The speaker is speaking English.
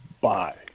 bye